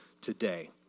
today